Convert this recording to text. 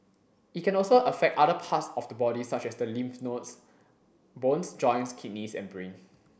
it can also affect other parts of the body such as the lymph nodes bones joints kidneys and brain